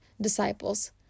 disciples